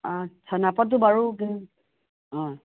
আচ্ছা নাপাতো বাৰু কি হয়